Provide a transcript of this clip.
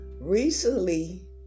Recently